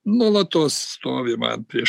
nuolatos stovi man prieš